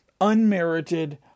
unmerited